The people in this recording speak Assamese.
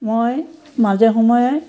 মই মাজে সময়ে